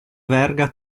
verga